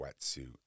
wetsuit